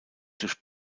durch